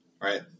Right